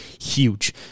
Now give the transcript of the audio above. huge